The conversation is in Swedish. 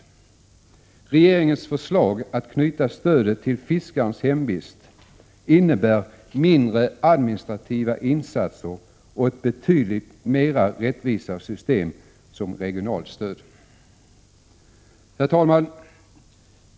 Regering — 1 juni 1987 ens förslag att knyta stödet till fiskarens hemvist innebär mindre administrativa insatser och ett betydligt mera rättvist system som regionalt stöd. Herr talman!